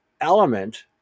element